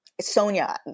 Sonia